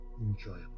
enjoyable